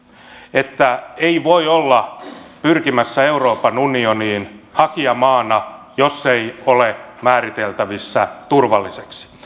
että ei voi olla pyrkimässä euroopan unioniin hakijamaana jos ei ole määriteltävissä turvalliseksi